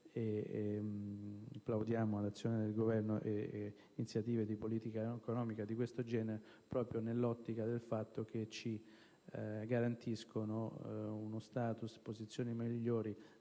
Plaudiamo all'azione del Governo e ad iniziative di politica economica di questo genere, proprio in considerazione del fatto che ci garantiscono uno *status*, posizioni migliori